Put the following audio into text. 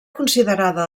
considerada